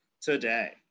today